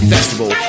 Festival